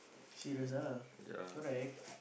serious ah correct